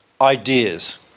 ideas